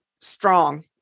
strong